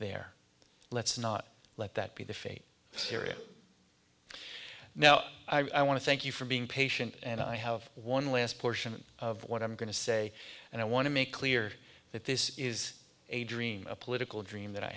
there let's not let that be the fate of syria now i want to thank you for being patient and i have one last portion of what i'm going to say and i want to make clear that this is a dream a political dream that i